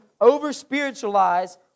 over-spiritualize